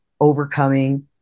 Overcoming